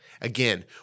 Again